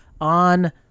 on